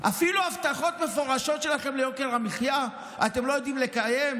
אפילו הבטחות מפורשות שלכם ליוקר המחיה אתם לא יודעים לקיים?